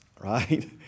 right